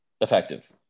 effective